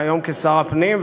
והיום כשר הפנים,